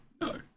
no